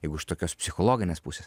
jeigu iš tokios psichologinės pusės